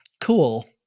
cool